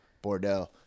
Bordeaux